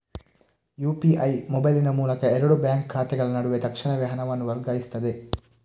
UPI ಮೊಬೈಲಿನ ಮೂಲಕ ಎರಡು ಬ್ಯಾಂಕ್ ಖಾತೆಗಳ ನಡುವೆ ತಕ್ಷಣವೇ ಹಣವನ್ನು ವರ್ಗಾಯಿಸ್ತದೆ